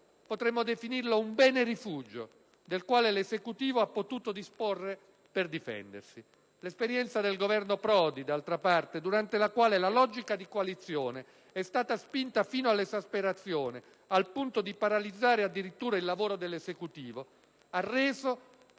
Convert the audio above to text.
potremmo definirlo - un "bene rifugio" del quale l'Esecutivo ha potuto disporre per difendersi. L'esperienza del Governo Prodi, durante la quale la logica di coalizione è stata spinta fino all'esasperazione al punto di paralizzare addirittura il lavoro dell'Esecutivo, ha reso